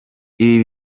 ibi